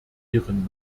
ihren